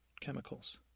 chemicals